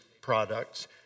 products